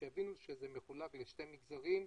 שיבינו שזה מחולק לשני מגזרים.